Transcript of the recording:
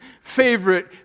favorite